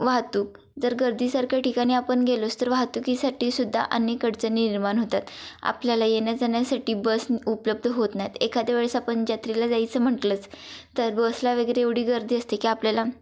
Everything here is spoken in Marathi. वाहतूक जर गर्दीसारख्या ठिकाणी आपण गेलोच तर वाहतुकीसाठी सुद्धा अनेक अडचणी निर्माण होतात आपल्याला येण्याजाण्यासाठी बस उपलब्ध होत नाहीत एखाद्या वेळेस आपण जत्रेला जायचं म्हटलंच तर बसला वगैरे एवढी गर्दी असते की आपल्याला